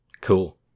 Cool